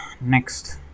next